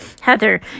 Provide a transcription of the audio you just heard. Heather